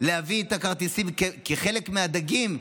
להביא את הכרטיסים כחלק מהדגים,